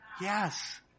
Yes